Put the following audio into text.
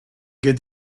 get